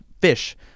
fish